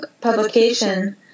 publication